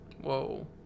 Whoa